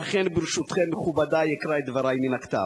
לכן, ברשותכם, מכובדי, אקרא את דברי מן הכתב.